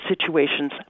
situations